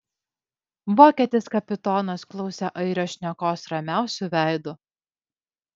vokietis kapitonas klausė airio šnekos ramiausiu veidu